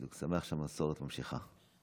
אני שמח שהמסורת נמשכת.